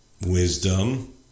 wisdom